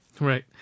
right